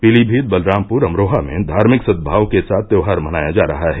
पीलीभीत बलरामपुर अमरोहा में धार्मिक सदभाव के साथ त्योहार मनाया जा रहा है